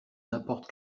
n’importe